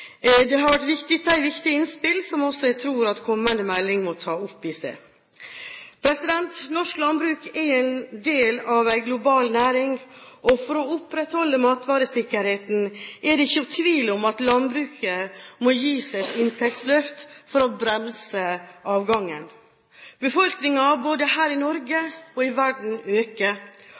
viktige innspill som jeg tror at kommende melding må ta opp i seg. Norsk landbruk er en del av en global næring. For å opprettholde matvaresikkerheten er det ikke tvil om at landbruket må gis et inntektsløft for å bremse avgangen. Befolkningen både her i Norge og i verden øker,